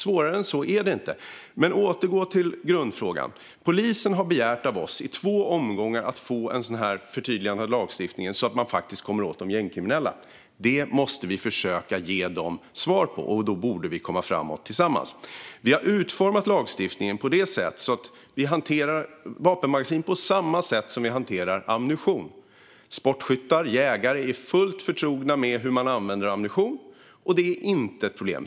Svårare än så är det inte. För att återgå till grundfrågan: Polisen har i två omgångar begärt av oss att få ett förtydligande av lagstiftningen så att man faktiskt kommer åt de gängkriminella. Det måste vi försöka ge dem svar på, och då borde vi komma framåt tillsammans. Vi har utformat lagstiftningen så att vi hanterar vapenmagasin på samma sätt som vi hanterar ammunition. Sportskyttar och jägare är fullt förtrogna med hur man använder ammunition, så det är inte ett problem.